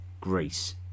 Greece